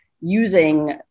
using